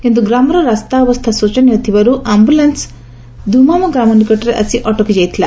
କିନ୍ତୁ ଗ୍ରାମର ରାସ୍ତା ଅବସ୍ଥା ଶୋଚନୀୟ ଥିବାରୁ ଆମ୍ଚୁଲାନ୍ୱ ଧୂମାମ ଗ୍ରାମ ନିକଟରେ ଆସି ଅଟକି ଯାଇଥିଲା